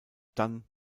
dann